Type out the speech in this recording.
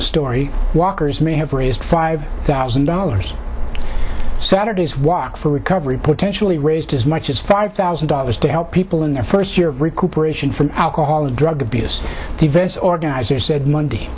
story walkers may have raised five thousand dollars saturday's walk for recovery potentially raised as much as five thousand dollars to help people in their first year of recuperation from alcohol and drug abuse events organizers said monday